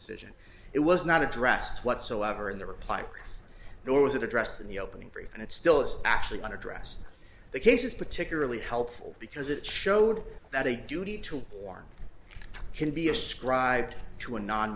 decision it was not addressed whatsoever in the reply nor was it addressed in the opening brief and it still is actually one addressed the cases particularly helpful because it showed that a duty to warn can be ascribed to a non